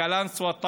קלנסווה,